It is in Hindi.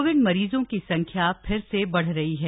कोविड मरीजों की संख्या फिर से बढ़ रही है